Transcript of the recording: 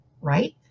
right